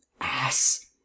ass